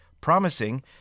promising